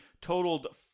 totaled